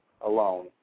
alone